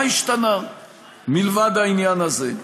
מה השתנה מלבד העניין הזה.